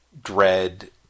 dread